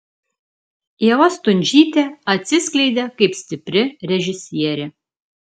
ieva stundžytė atsiskleidė kaip stipri režisierė